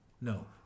No